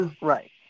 Right